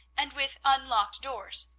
and with unlocked doors.